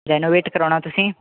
renovate ਕਰਾਉਣਾ ਤੁਸੀਂ